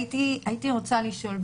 הייתי רוצה לשאול,